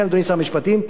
עליך מוטלת החובה,